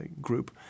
group